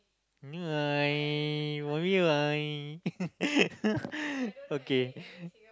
uh I my for me my okay